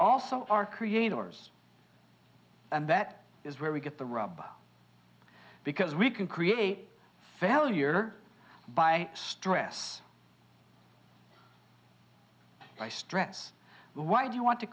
also are creators and that is where we get the rub because we can create failure by stress by stress but why do you want to